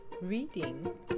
Reading